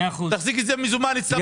תחזיק את זה מזומן אצלה בבית.